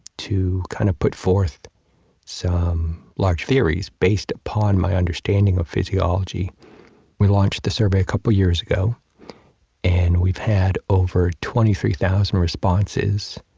to kind of put forth some large theories, based upon my understanding of physiology we launched the survey a couple years ago and we've had over twenty three thousand responses.